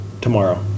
tomorrow